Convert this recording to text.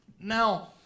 Now